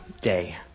day